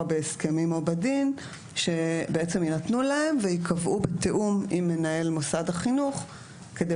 בהסכמים או בדין שיינתנו להם וייקבעו בתיאום עם מנהל מוסד החינוך כדי